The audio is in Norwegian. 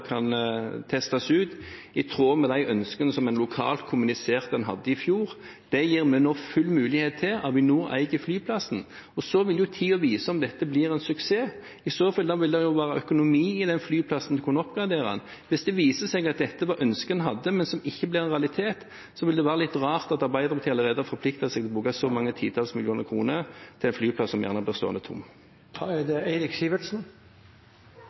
kan testes ut, i tråd med de ønskene som en hadde i fjor – lokalt kommunisert. Det gir vi nå full mulighet til. Avinor eier flyplassen. Så vil tiden vise om dette blir en suksess, og da vil det jo være økonomi i den flyplassen til å kunne oppgradere den. Hvis det viser seg at dette var det ønsket en hadde, men som ikke ble en realitet, så vil det være litt rart at Arbeiderpartiet allerede har forpliktet seg til å bruke så mange titalls millioner kroner på en flyplass som gjerne blir stående tom.